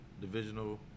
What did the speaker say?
divisional